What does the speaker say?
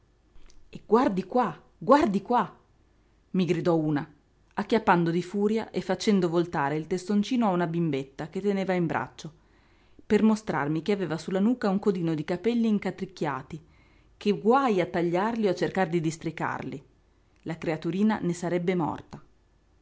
e guardi qua guardi qua mi gridò una acchiappando di furia e facendo voltare il testoncino a una bimbetta che teneva in braccio per mostrarmi che aveva sulla nuca un codino di capelli incatricchiati che guaj a tagliarli o a cercar di districarli la creaturina ne sarebbe morta